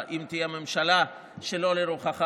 אם תהיה ממשלה שלא לרוחך,